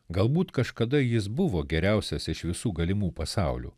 galbūt kažkada jis buvo geriausias iš visų galimų pasaulių